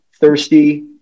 thirsty